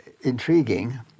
intriguing